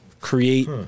create